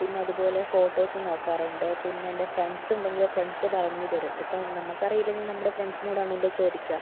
പിന്നതുപോലെ ഫോട്ടോസും നോക്കാറുണ്ട് പിന്നെ എൻ്റെ ഫ്രണ്ട്സുണ്ടെങ്കിൽ ഫ്രണ്ട്സ് പറഞ്ഞ് തരും ഇപ്പം നമുക്കറിയിലെങ്കിൽ നമ്മുടെ ഫ്രണ്ട്സിനോടാണല്ലോ ചോദിക്കുക